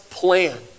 plan